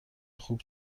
خوب